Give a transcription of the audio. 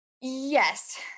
Yes